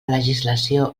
legislació